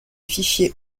fichiers